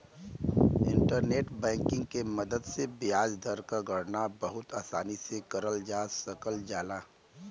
internet banking के मदद से ब्याज दर क गणना बहुत आसानी से करल जा सकल जाला